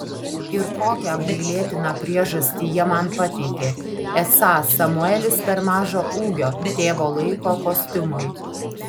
ir kokią apgailėtiną priežastį jie man pateikė esą samuelis per mažo ūgio tėvo laiko kostiumui